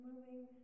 moving